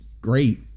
great